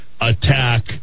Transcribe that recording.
attack